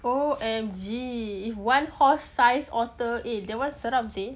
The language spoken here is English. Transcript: O_M_G if one horse size otter eh that one seram seh